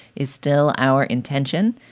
is still our intention.